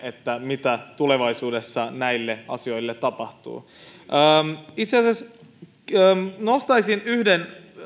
mitä tulevaisuudessa näille asioille tapahtuu itse asiassa nostaisin yhden